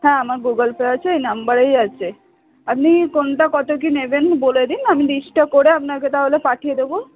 হ্যাঁ আমার Google Pay আছে এই নাম্বারেই আছে আপনি কোনটা কতো কী নেবেন বলে দিন আমি লিস্টটা করে আপনাকে তাহলে পাঠিয়ে দেবো